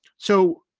so,